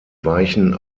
weichen